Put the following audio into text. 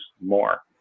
more